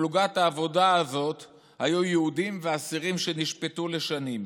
בפלוגת העבודה הזאת היו יהודים ואסירים שנשפטו לשנים.